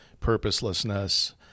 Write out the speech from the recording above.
purposelessness